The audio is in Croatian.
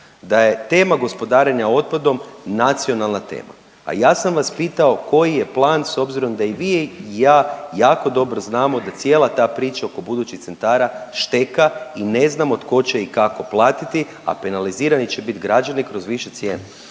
da je tema gospodarenja otpadom nacionalna tema. Pa ja sam vas pitao koji je plan s obzirom da i vi i ja jako dobro znamo da cijela ta priča oko budućih centara šteka i ne znamo tko će i kako platiti, a penalizirani će biti građani kroz više cijene.